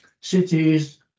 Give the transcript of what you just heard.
cities